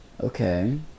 Okay